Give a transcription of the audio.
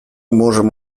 можем